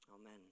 Amen